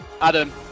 Adam